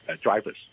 drivers